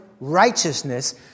righteousness